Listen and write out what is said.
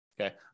okay